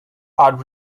add